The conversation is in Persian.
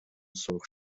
سرخ